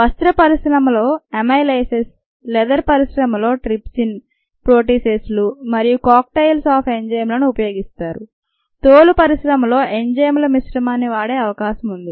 వస్త్ర పరిశ్రమలో amylases leather పరిశ్రమలో ట్రిప్సిన్ ప్రొటీసెస్లు మరియు కాక్ టెయిల్స్ ఆఫ్ ఎంజైమ్ లను ఉపయోగిస్తారు తోలు పరిశ్రమలో ఎంజైముల మిశ్రమాన్ని వాడే అవకాశం ఉంది